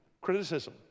Criticism